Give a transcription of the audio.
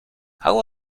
how